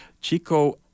Chico